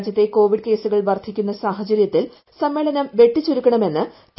രാജ്യത്തെ കോവിഡ് കേസുകൾ വർദ്ധിക്കുന്ന സാഹചര്യത്തിൽ സമ്മേളനം വെട്ടിച്ചുരുക്കണമെന്ന് ടി